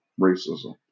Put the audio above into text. racism